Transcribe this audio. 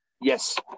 Yes